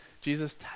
Jesus